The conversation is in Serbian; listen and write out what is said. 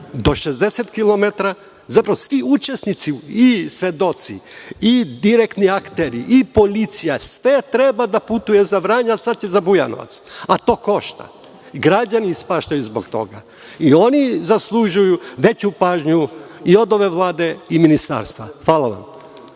ima 60 km. Zapravo, svi učesnici, svedoci, direktni akteri, policija, svi oni su trebali da putuju do Vranja, a sada će i za Bujanovac. A to košta. Građani ispaštaju zbog toga. Oni zaslužuju veću pažnju i od ove Vlade i od ministarstva. Hvala vam.